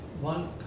One